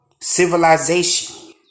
Civilization